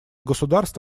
государств